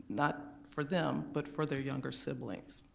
not for them but for their younger siblings.